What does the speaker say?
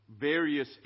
various